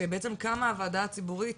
שבעצם קמה הוועדה הציבורית